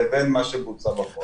לבין מה שבוצע בפועל.